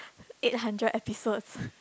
eight hundred episodes